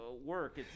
work